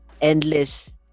endless